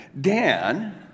Dan